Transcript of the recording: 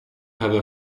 have